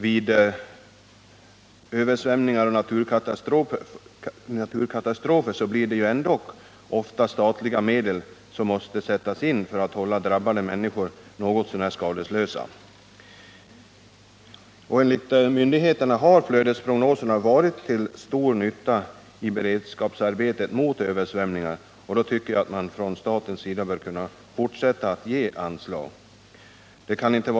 Vid översvämningar och naturkatastrofer blir det ju ändå ofta statliga medel som måste sättas in för att hålla drabbade människor något så när skadeslösa. Enligt myndigheterna har prognoserna varit till stor nytta i arbetet på att hålla beredskap mot översvämningar, och då tycker jag att staten bör fortsätta att ge anslag för detta ändamål.